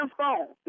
phone